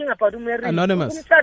anonymous